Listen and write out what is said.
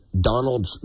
Donald